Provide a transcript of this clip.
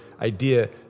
idea